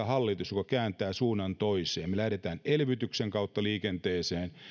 hallitus joka kääntää suunnan toiseen me lähdemme elvytyksen kautta liikenteeseen